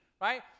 right